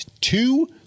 Two